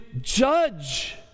judge